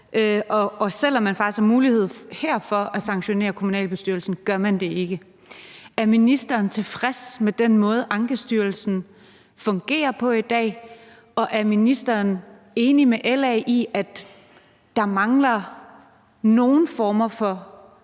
Og selv om man faktisk har mulighed her for at sanktionere kommunalbestyrelsen, gør man det ikke. Er ministeren tilfreds med den måde, Ankestyrelsen fungerer på i dag, og er ministeren enig med LA i, at der mangler nogle former for